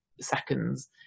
seconds